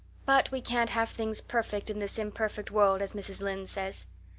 but we can't have things perfect in this imperfect world, as mrs. lynde says.